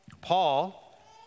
Paul